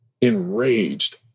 enraged